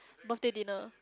birthday dinner